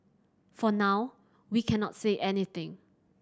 for now we cannot say anything